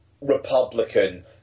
Republican